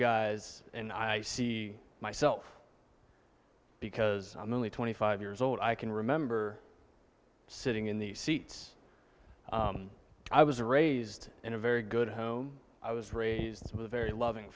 guys and i see myself because i'm only twenty five years old i can remember sitting in the seats i was raised in a very good home i was raised with a very loving